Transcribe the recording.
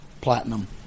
platinum